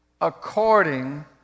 according